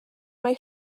mae